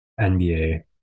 NBA